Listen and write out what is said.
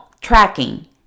tracking